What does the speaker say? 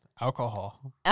Alcohol